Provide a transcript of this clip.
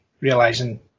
realising